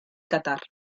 catar